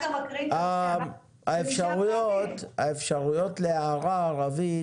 האפשרויות להערה רווית,